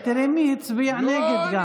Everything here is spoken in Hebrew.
תראה גם מי הצביע נגד.